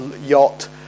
yacht